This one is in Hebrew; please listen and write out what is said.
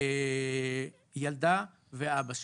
ילדה ואבא שלה.